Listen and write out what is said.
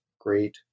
great